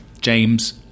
James